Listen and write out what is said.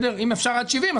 אם אפשר עד 70,